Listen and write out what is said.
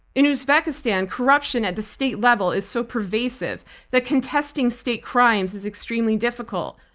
in uzbekistan, corruption at the state level is so pervasive that contesting state crimes is extremely difficult.